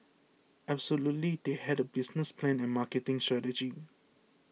absolutely they had a business plan and marketing strategy